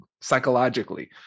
psychologically